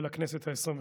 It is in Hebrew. ולכנסת העשרים-וחמש.